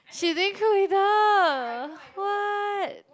she doing crew leader [what]